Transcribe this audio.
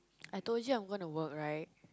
I told you I'm gonna work right